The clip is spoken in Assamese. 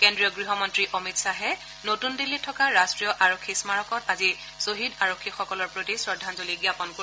কেন্দ্ৰীয় গৃহ মন্ত্ৰী অমিত শ্বাহে নতুন দিল্লীত থকা ৰাষ্টীয় আৰক্ষী স্মাৰকত ছহিদ আৰক্ষীসকলৰ প্ৰতি শ্ৰদ্ধাঞ্জলি জ্ঞাপন কৰিব